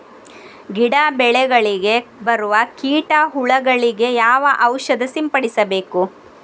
ಗಿಡ, ಬೆಳೆಗಳಿಗೆ ಬರುವ ಕೀಟ, ಹುಳಗಳಿಗೆ ಯಾವ ಔಷಧ ಸಿಂಪಡಿಸಬೇಕು?